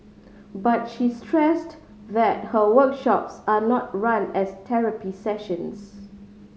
but she stressed that her workshops are not run as therapy sessions